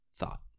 thought